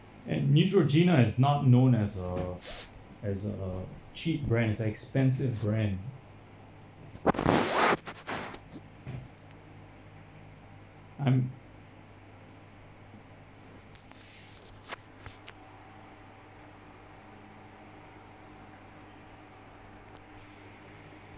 and neutrogena is not known as a as a cheap brands expensive brand I'm